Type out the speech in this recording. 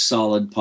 Solid